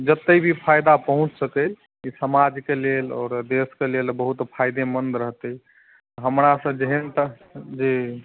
जते भी फायदा पहुँच सकै ई समाज के लेल आओर देश के लेल बहुत फायदेमंद रहतै हमरा सऽ जेहन तऽ जी